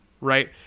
right